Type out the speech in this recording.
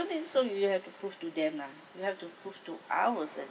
think so you'll have to prove to them lah you have to prove to ours and